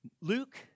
Luke